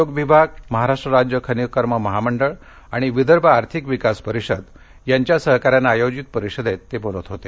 उद्योग विभाग महाराष्ट्र राज्य खनिकर्म महामंडळ आणि विदर्भ आर्थिक विकास परिषद यांच्या सहकार्यानं आयोजित परिषदेत ते बोलत होते